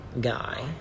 guy